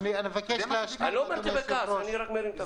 לא אמרתי בכעס, אני רק מרים את הקול.